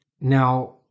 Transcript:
now